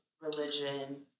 religion